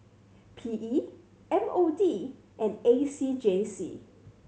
P E M O D and A C J C